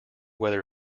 whether